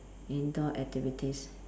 indoor activities